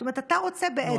לא,